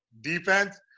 defense